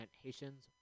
Haitians